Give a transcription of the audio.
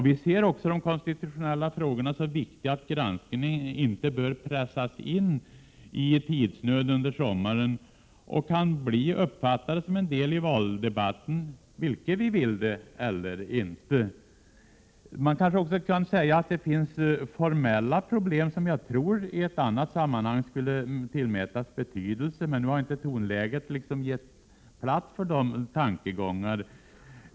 Vi ser de konstitutionella frågorna som så viktiga att granskningen inte bör pressas in i tidsnöd under sommaren, då den kan bli uppfattad som en del i valdebatten, vare sig vi vill det eller inte. Det finns också formella problem, som jag tror i ett annat sammanhang skulle tillmätas betydelse, men nu har inte tonläget gett plats för de tankegångarna.